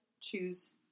choose